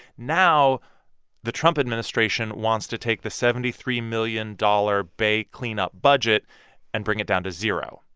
now the trump administration wants to take the seventy three million dollars bay cleanup budget and bring it down to zero.